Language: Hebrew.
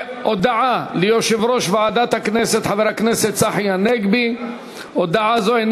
49 בעד, אין מתנגדים, אין